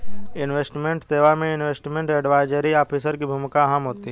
investment सेवा में investment advisory officer की भूमिका अहम होती है